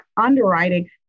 underwriting